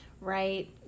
right